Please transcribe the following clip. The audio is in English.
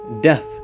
death